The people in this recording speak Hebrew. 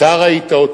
אתה ראית אותה,